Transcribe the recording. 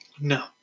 no